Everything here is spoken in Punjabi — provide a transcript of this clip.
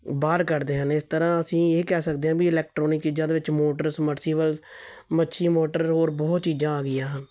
ਬਾਹਰ ਕੱਢਦੇ ਹਨ ਇਸ ਤਰ੍ਹਾਂ ਅਸੀਂ ਇਹ ਕਹਿ ਸਕਦੇ ਆ ਵੀ ਇਲੈਕਟ੍ਰੋਨਿਕ ਚੀਜ਼ਾਂ ਦੇ ਵਿੱਚ ਮੋਟਰਸ ਸਮਰਸੀਬਲ ਮੱਛੀ ਮੋਟਰ ਹੋਰ ਬਹੁਤ ਚੀਜ਼ਾਂ ਆ ਗਈਆਂ ਹਨ